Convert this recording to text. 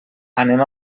anem